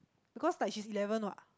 because like she's eleven what